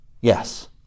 yes